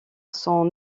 son